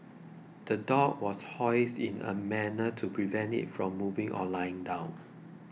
the dog was hoisted in a manner to prevent it from moving or lying down